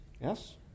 Yes